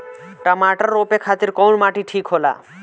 टमाटर रोपे खातीर कउन माटी ठीक होला?